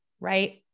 right